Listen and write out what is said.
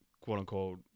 quote-unquote